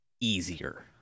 easier